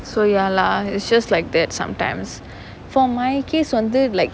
so ya lah it's just like that sometimes for my case வந்து:vanthu like